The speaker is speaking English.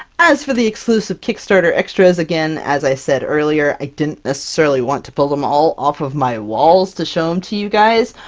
as for the exclusive kickstarter extras, again as i said earlier i didn't necessarily want to pull them all off of my walls to show them to you guys,